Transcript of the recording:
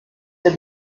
der